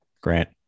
Grant